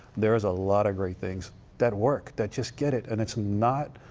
there is a lot of great things that work, that just get it. and it's not